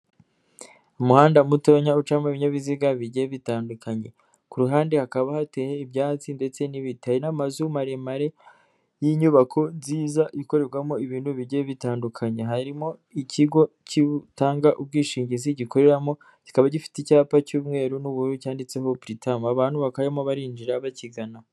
Umuhanda mutonya ucamo ibinyabiziga bijye bitandukanye ku ruhande hakaba hateye ibyatsi ndetse n'ibiti hari n'amazu maremare n'inyubako nziza ikorerwamo ibintu bigiye bitandukanye harimo ikigo kitanga ubwishingizi gikoreramo kikaba gifite icyapa cy'umweru, n'ubururu cyanditse britam abantu bakarimo barinjira bakigana.